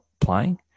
playing